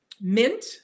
mint